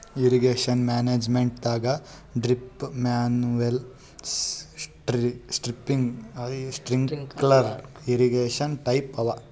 irrigation ಮ್ಯಾನೇಜ್ಮೆಂಟದಾಗ್ drip manual sprinkler irrigation type ಅವ